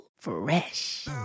fresh